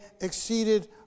exceeded